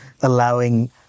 allowing